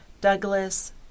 Douglas